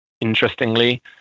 interestingly